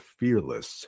fearless